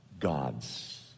God's